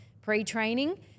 pre-training